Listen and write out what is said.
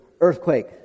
earthquake